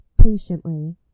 patiently